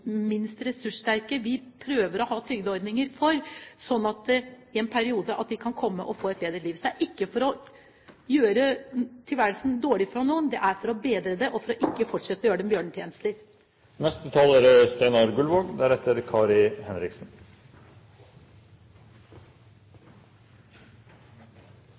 minst ressurssterke i denne gruppa. For det er jo nettopp de minst ressurssterke vi prøver å ha trygdeordninger for i en periode, slik at de kan få et bedre liv. Dette er ikke for å gjøre tilværelsen dårlig for noen, det er for å bedre den og for ikke å fortsette å gjøre dem bjørnetjenester.